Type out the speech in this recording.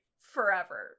Forever